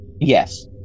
Yes